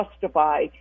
justify